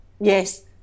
Yes